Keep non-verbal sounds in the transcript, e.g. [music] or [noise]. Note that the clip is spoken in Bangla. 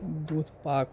[unintelligible] পাক